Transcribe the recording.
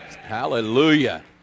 Hallelujah